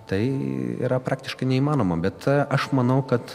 tai yra praktiškai neįmanoma bet aš manau kad